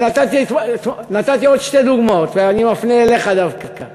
אבל נתתי עוד שתי דוגמאות, ואני מפנה אליך דווקא,